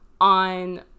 on